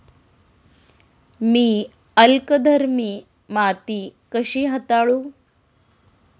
मी अल्कधर्मी माती कशी हाताळू?